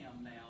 now